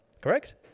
Correct